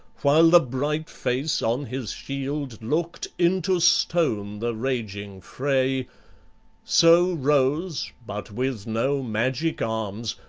while the bright face on his shield looked into stone the raging fray so rose, but with no magic arms,